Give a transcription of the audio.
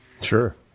Sure